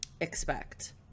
expect